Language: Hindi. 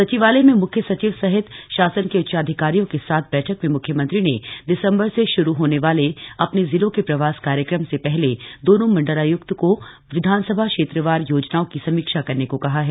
सचिवालय में मुख्य सचिव सहित शासन के उच्चाधिकारियों के साथ बैठक में मुख्यमंत्री ने दिसम्बर से शुरू होने वाले अपने जिलों के प्रवास कार्यक्रम से पहले दोनों मण्डलाय्क्त को विधानसभा क्षेत्रवार योजनाओं की समीक्षा करने को कहा है